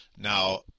Now